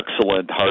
excellent